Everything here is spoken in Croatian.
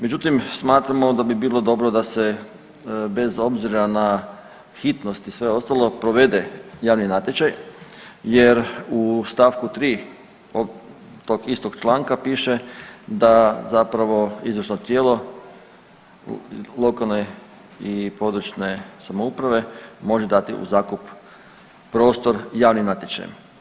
Međutim, smatramo da bi bilo da se bez obzira na hitnost i sve ostalo provede javni natječaj jer u st. 3. tog istog članka piše da zapravo izvršno tijelo lokalne i područne samouprave može dati u zakup prostor javnim natječajem.